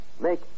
Make